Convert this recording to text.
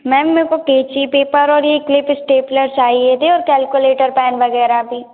ma'am मेरे को कैंची पेपर और यह क्लिप स्टेपलर चाहिए थे और कैलकुलेटर पेन वगैरह भी